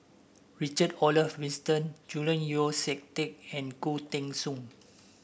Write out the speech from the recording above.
Richard Olaf Winstedt Julian Yeo See Teck and Khoo Teng Soon